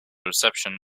reception